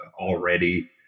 already